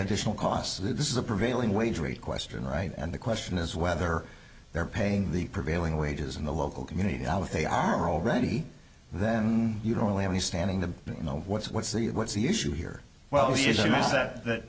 additional costs that this is a prevailing wage rate question right and the question is whether they're paying the prevailing wages in the local community now if they are already then you don't really have the standing to know what's what's the what's the issue here well th